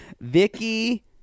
Vicky